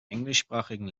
englischsprachigen